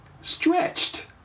stretched